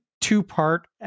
two-part